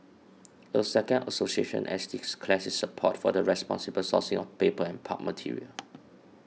a second association has declared its support for the responsible sourcing of paper and pulp material